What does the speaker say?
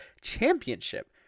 championship